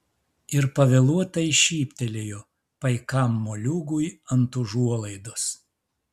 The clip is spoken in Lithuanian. ir pavėluotai šyptelėjo paikam moliūgui ant užuolaidos